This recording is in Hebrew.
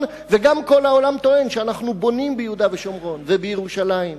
וגם כל העולם טוען שאנחנו בונים ביהודה ושומרון ובירושלים.